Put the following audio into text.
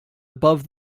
above